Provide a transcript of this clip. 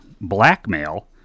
Blackmail